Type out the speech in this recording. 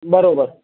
બરાબર